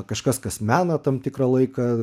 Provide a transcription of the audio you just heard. kažkas kas mena tam tikrą laiką